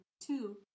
two